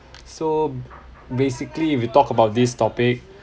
so basically if you talk about this topic